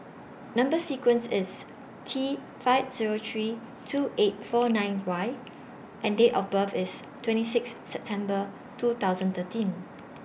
Number sequence IS T five Zero three two eight four nine Y and Date of birth IS twenty six September two thousand thirteen